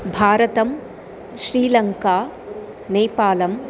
भारतं श्रीलङ्का नेपालम्